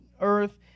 earth